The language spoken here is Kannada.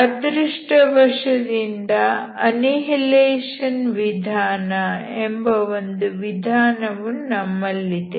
ಅದೃಷ್ಟವಶದಿಂದ ಅನ್ನಿಹಿಲೇಶನ್ ವಿಧಾನ ಎಂಬ ಒಂದು ವಿಧಾನವು ನಮ್ಮಲ್ಲಿದೆ